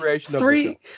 three